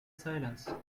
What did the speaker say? silence